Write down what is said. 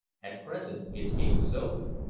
at present its gate was open.